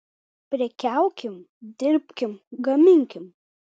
prekiaukim dirbkim gaminkim